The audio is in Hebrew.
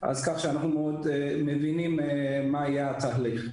כך שאנחנו מבינים מה יהיה התהליך.